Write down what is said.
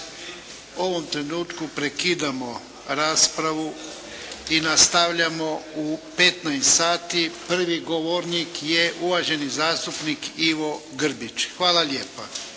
ovom trenutku prekidamo raspravu i nastavljamo u 15 sati. Prvi govornik je uvaženi zastupnik Ivo Grbić. Hvala lijepa.